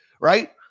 right